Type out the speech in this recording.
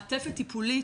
מעטפת טיפולית,